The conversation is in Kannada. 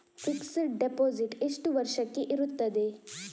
ಫಿಕ್ಸೆಡ್ ಡೆಪೋಸಿಟ್ ಎಷ್ಟು ವರ್ಷಕ್ಕೆ ಇರುತ್ತದೆ?